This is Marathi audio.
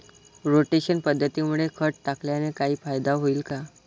रोटेशन पद्धतीमुळे खत टाकल्याने काही फायदा होईल का?